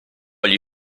gli